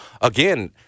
again